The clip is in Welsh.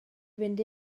fynd